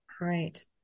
Right